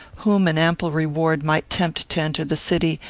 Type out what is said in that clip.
whom an ample reward might tempt to enter the city,